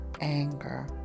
anger